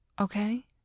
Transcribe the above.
okay